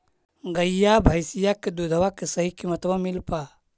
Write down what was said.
गईया भैसिया के दूधबा के सही किमतबा मिल पा?